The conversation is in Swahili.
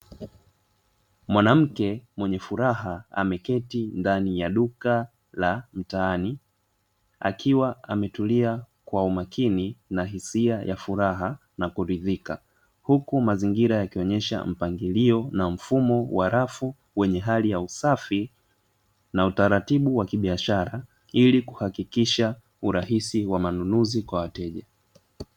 Mwanamke mwenye furaha ameketi ndani ya duka la mtaani akiwa ametulia kwa umakini na hisia ya furaha na kuridhika, huku mazingira yakionyesha mpangilio na mfumo wa rafu wenye hali ya usafi na utaratibu wa kibiashara ili kuhakikisha urahisi wa manunuzi kwa wateja.